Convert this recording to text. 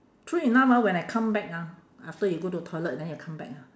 true enough ah when I come back ah after you go to toilet then you come back ha